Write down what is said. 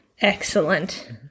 Excellent